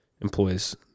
employees